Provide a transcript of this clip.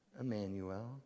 Emmanuel